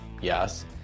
yes